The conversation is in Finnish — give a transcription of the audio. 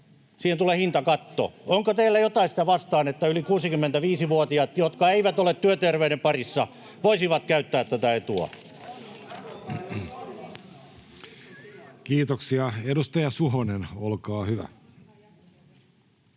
Siihen tulee hintakatto. Onko teillä jotain sitä vastaan, että yli 65-vuotiaat, jotka eivät ole työterveyden piirissä, voisivat käyttää tätä etua? [Ben Zyskowicz: Sanokaa,